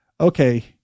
okay